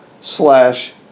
slash